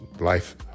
life